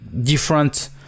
different